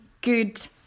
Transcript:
good